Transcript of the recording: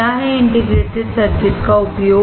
क्या है integrated circuit का उपयोग